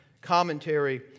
commentary